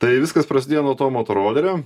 tai viskas prasidėjo nuo to motorolerio